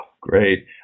Great